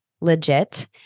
legit